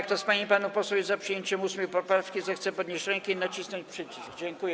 Kto z pań i panów posłów jest za przyjęciem 8. poprawki, zechce podnieść rękę i nacisnąć przycisk.